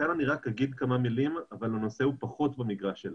כאן אני אומר כמה מלים אבל הנושא הוא פחות במגרש שלנו.